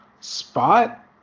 Spot